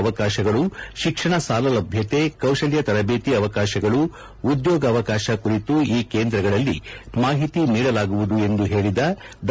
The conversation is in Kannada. ಅವಕಾಶಗಳು ಶಿಕ್ಷಣ ಸಾಲ ಲಭ್ಯತೆ ಕೌಶಲ್ಯ ತರಬೇತಿ ಅವಕಾಶಗಳು ಉದ್ಯೋಗವಕಾಶ ಕುರಿತು ಈ ಕೇಂದ್ರಗಳಲ್ಲ ಮಾಹಿತಿ ನೀಡಲಾಗುವುದು ಎಂದು ಹೇಳದ ಡಾ